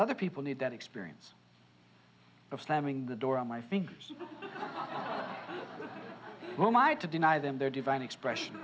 other people need that experience of slamming the door on my fingers while my to deny them their divine expression